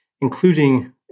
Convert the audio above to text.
including